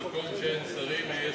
במקום שאין שרים, היה שר.